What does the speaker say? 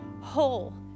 whole